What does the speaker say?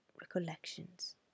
recollections